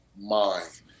mind